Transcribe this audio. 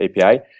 API